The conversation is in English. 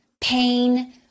pain